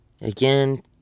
Again